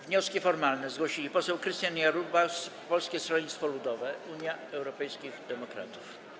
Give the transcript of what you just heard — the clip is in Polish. Wniosek formalny zgłosił poseł Krystian Jarubas, Polskie Stronnictwo Ludowe - Unia Europejskich Demokratów.